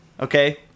okay